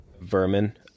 Vermin